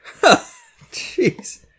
Jeez